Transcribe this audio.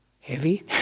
heavy